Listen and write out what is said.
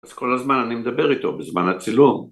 ‫אז כל הזמן אני מדבר איתו, ‫בזמן הצילום.